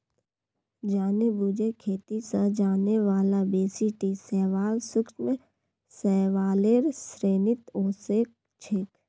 जानेबुझे खेती स जाने बाला बेसी टी शैवाल सूक्ष्म शैवालेर श्रेणीत ओसेक छेक